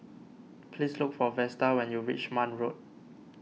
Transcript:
please look for Vesta when you reach Marne Road